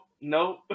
nope